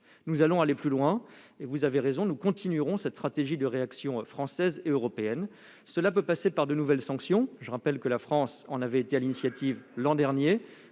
Nous irons plus loin. Nous continuerons cette stratégie de réactions françaises et européennes. Cela peut passer par de nouvelles sanctions. Je rappelle que la France en avait déjà pris l'initiative l'an dernier,